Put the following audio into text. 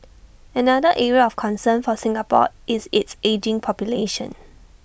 another area of concern for Singapore is its ageing population